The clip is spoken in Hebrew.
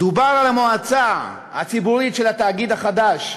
דובר על המועצה הציבורית של התאגיד החדש,